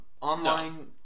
online